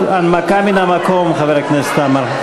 הנמקה מן המקום, חבר הכנסת עמאר.